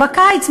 בקיץ,